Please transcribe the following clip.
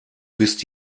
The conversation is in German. bist